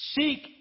seek